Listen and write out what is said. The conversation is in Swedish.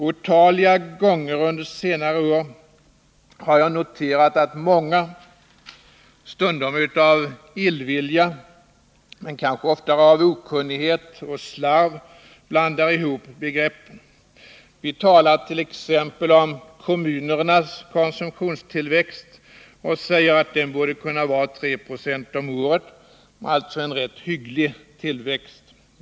Otaliga gånger under senare år har jag noterat att många — stundom av illvilja, men kanske oftare av okunnighet och slarv — blandar ihop begreppen. Vi talar t.ex. om kommunernas konsumtionstillväxt och säger att den borde kunna vara 3 70 om året, alltså en rätt hygglig tillväxt.